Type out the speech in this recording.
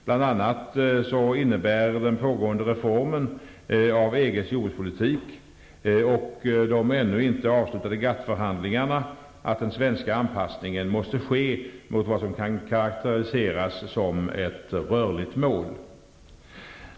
Bl.a. innebär den pågående reformen av EG:s jordbrukspolitik och de ännu inte avslutade GATT-förhandlingarna att den svenska anpassningen måste ske mot vad som kan karakteriseras som ''ett rörligt mål''.